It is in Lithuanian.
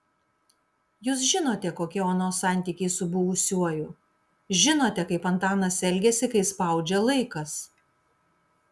jūs žinote kokie onos santykiai su buvusiuoju žinote kaip antanas elgiasi kai spaudžia laikas